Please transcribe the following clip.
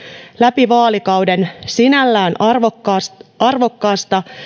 läpi vaalikauden sinällään arvokkaasta arvokkaasta